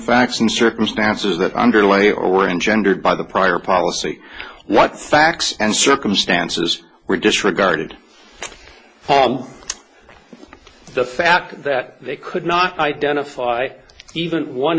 facts and circumstances that underlie or engendered by the prior policy what facts and circumstances were disregarded the fact that they could not identify even one